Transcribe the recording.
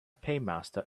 paymaster